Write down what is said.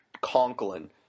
Conklin